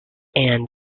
and